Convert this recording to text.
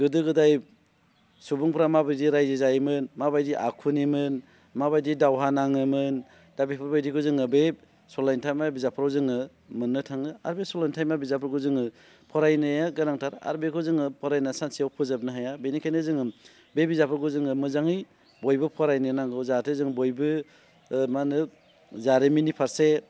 गोदो गोदाय सुबुंफोरा माबायदि रायजो जायोमोन माबायदि आखुनिमोन माबायदि दावहा नाङोमोन दा बेफोरबायदिखौ जोङो बे सलथाइमा बिजाबफोरखौ जोङो मोननो थाङो आरो बे सलथायमा बिजाबफोरखौ जोङो फरायनाया गोनांथार आरो बेखौ जोङो फरायना सानसेयाव फोजोबनो हाया बेनिखायनो जोङो बे बिजाबफोरखौ जोङो मोजाङै बयबो फरायनो नांगौ जाहाथे जों बयबो माहोनो जारिमिननि फारसे